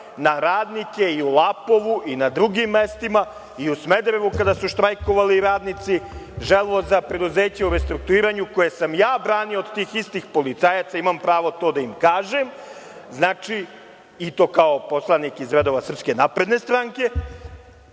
na radnike i u Lapovu i na drugim mestima i u Smederevu kada su štrajkovali radnici „Želvoza“, preduzeća u restrukturiranju, koje sam ja branio od tih istih policajaca, imam pravo to da im kažem, i to kao poslanik iz redova SNS koja će rešiti